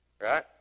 right